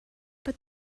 but